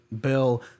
bill